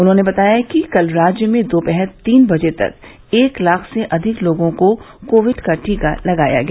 उन्होंने बताया कि कल राज्य में दोपहर तीन बजे तक एक लाख से अधिक लोगों को कोविड का टीका लगाया गया